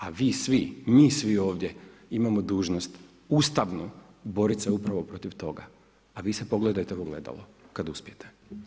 A vi svi, mi svi ovdje imamo dužnost ustavnu borit se upravo protiv toga, a vi se pogledajte u ogledalo kada uspijete.